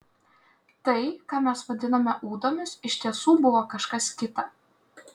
tai ką mes vadinome ūdomis iš tiesų buvo kažkas kita